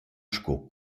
sco